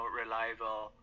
reliable